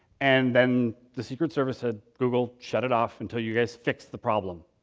and then the secret service said, google, shut it off until you guys fix the problem,